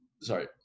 sorry